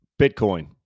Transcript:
Bitcoin